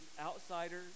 outsider